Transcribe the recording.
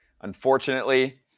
Unfortunately